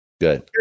Good